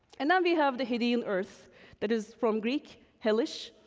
and now we have the hadean earth that is from greek, hellish,